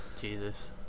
Jesus